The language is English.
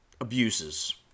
abuses